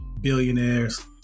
billionaires